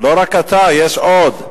לא רק אתה, יש עוד.